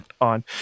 on